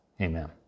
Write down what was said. Amen